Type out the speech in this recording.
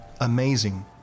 amazing